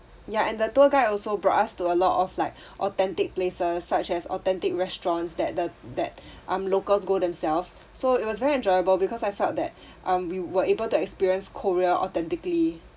ya and the tour guide also brought us to a lot of like authentic places such as authentic restaurants that the that um locals go themselves so it was very enjoyable because I felt that um we were able to experience korea authentically